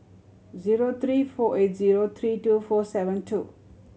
zero three four eight zero three two four seven two